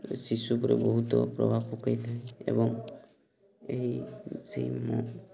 ଶିଶୁ ଉପରେ ବହୁତ ପ୍ରଭାବ ପକେଇଥାଏ ଏବଂ ଏହି ସେଇ